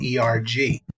ERG